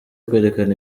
kwerekana